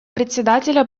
председателя